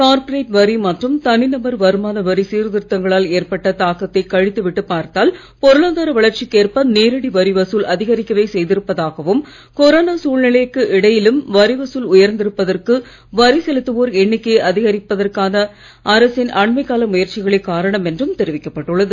corporate வரி மற்றும் தனிநபர் வருமான வரி சீர்திருத்தங்களால் ஏற்பட்ட தாக்கத்தைக் கழித்து விட்டுப் பார்த்தால் பொருளாதார வளர்ச்சிக்கு ஏற்ப நேரடி வரி வசூல் அதிகரிக்கவே செய்திருப்பதாகவும் கொரோனா சூழ்நிலைக்கு இடையிலும் வரிவசூல் உயர்ந்து இருப்பதற்கு வரி செலுத்துவோர் எண்ணிக்கையை அதிகரிப்பதற்கான அரசின் அன்மைகால முயற்சிகளே காரணம் என்றும் தெரிவிக்கப் பட்டுள்ளது